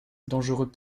dangereux